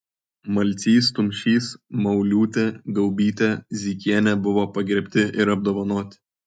malcys tumšys mauliūtė gaubytė zykienė buvo pagerbti ir apdovanoti